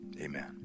Amen